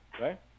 right